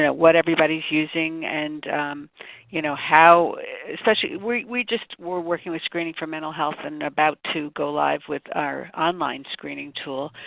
what everybody's using and you know how especially, we just, we're working with screening for mental health and about to go live with our online screening tool.